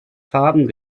farben